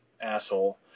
asshole